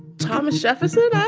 thomas jefferson? i